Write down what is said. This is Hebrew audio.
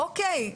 אוקי,